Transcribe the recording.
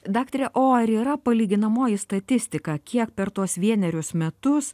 daktare o ar yra palyginamoji statistika kiek per tuos vienerius metus